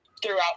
throughout